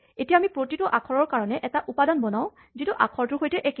এতিয়া আমি প্ৰতিটো আখৰৰ কাৰণে এটা উপাদান বনাও যিটো আখৰটোৰ সৈতে একে